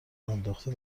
انداخته